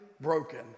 broken